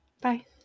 Bye